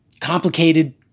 complicated